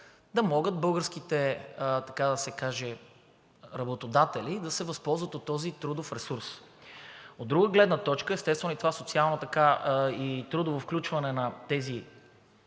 да се каже, работодатели да се възползват от този трудов ресурс. От друга гледна точка, естествено, и това трудово включване на тези